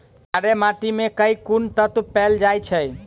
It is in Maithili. कार्य माटि मे केँ कुन तत्व पैल जाय छै?